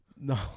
No